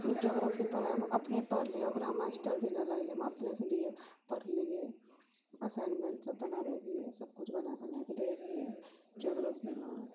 geography पढ़यमे अपने पढ़लियै ओकरा मास्टर भी नहि लगलय हम अपनेसँ बी ए पढ़लियै असाइनमेन्ट सब बना लेलियै सब किछु बना बनाके दै रहियै जियोग्रोफीमे